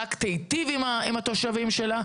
רק תיטיב עם התושבים שלה.